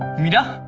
meera!